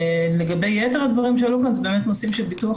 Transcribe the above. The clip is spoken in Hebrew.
לגבי יתר הדברים שעלו כאן זה באמת נושאים של ביטוח